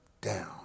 down